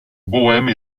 bohême